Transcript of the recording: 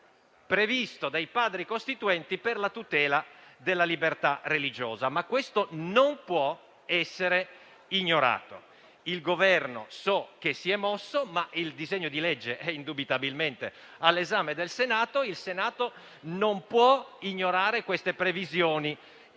previsto dai Padri costituenti per la tutela della libertà religiosa, ma non possono essere ignorate. So che il Governo si è mosso, ma il disegno di legge è indubitabilmente all'esame del Senato. Il Senato non può ignorare previsioni